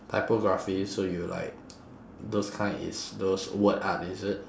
typography so you like those kind is those word art is it